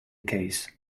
case